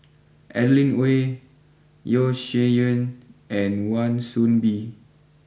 Adeline Ooi Yeo Shih Yun and Wan Soon Bee